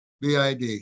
BID